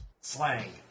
Slang